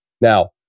Now